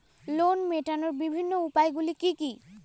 Loan মেটানোর বিভিন্ন উপায়গুলি কী কী?